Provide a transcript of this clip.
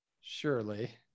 Surely